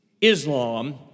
Islam